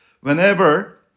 Whenever